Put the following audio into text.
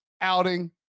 outing